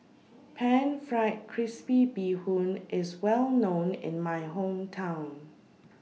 Pan Fried Crispy Bee Hoon IS Well known in My Hometown